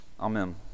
Amen